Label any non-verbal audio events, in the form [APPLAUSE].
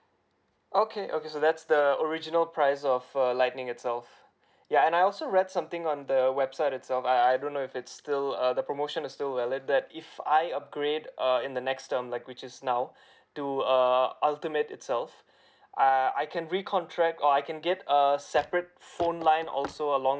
okay okay so that's the original price of err lightning itself ya and I also read something on the website itself I I don't know if it's still uh the promotion is still valid that if I upgrade uh in the next term like which is now [BREATH] to uh ultimate itself [BREATH] I I can recontract or I can get err separate phone line also along